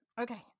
Okay